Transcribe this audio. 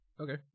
Okay